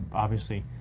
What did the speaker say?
obviously,